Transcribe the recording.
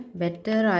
better